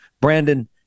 Brandon